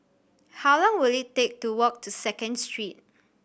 how long will it take to walk to Second Street